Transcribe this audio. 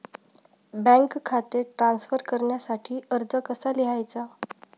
Bank खाते transfer करण्यासाठी अर्ज कसा लिहायचा?